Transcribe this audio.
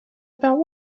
about